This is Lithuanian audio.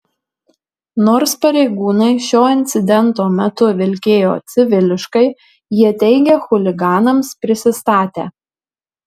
nors pareigūnai šio incidento metu vilkėjo civiliškai jie teigia chuliganams prisistatę